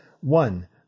One